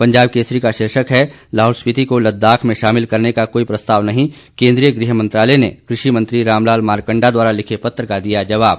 पंजाब केसरी का शीर्षक है लाहौल स्पिति को लद्दाख में शामिल करने का कोई प्रस्ताव नहीं केंद्रीय गृह मंत्रालय ने कृषि मंत्री रामलाल मारकंडा द्वारा लिखे पत्र का दिया जवाब